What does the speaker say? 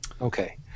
Okay